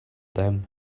them